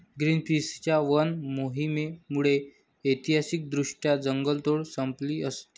ग्रीनपीसच्या वन मोहिमेमुळे ऐतिहासिकदृष्ट्या जंगलतोड संपली असती